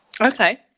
okay